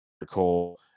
Nicole